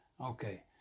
okay